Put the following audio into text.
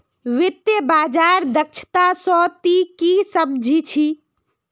वित्तीय बाजार दक्षता स ती की सम झ छि